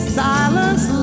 silence